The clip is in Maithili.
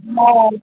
हँ